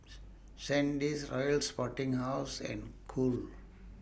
Sandisk Royal Sporting House and Cool